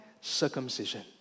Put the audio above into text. circumcision